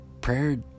prayer